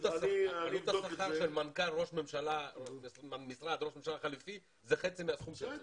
עלות השכר של מנכ"ל משרד ראש ממשלה חליפי זה חצי מהסכום --- בסדר,